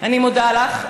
אני מודה לך.